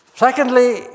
Secondly